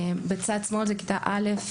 בצד שמאל זה כיתה א',